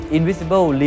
Invisible